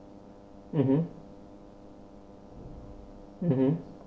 mmhmm